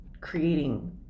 creating